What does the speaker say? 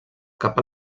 cap